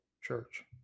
church